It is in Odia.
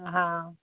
ହଁ